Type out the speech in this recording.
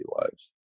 lives